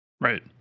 Right